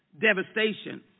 devastation